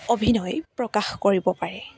অভিনয় প্ৰকাশ কৰিব পাৰে